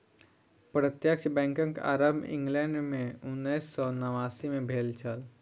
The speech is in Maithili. प्रत्यक्ष बैंकक आरम्भ इंग्लैंड मे उन्नैस सौ नवासी मे भेल छल